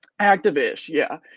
active-ish, yeah.